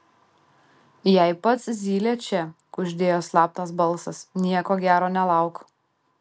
jei pats zylė čia kuždėjo slaptas balsas nieko gero nelauk